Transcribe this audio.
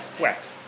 wet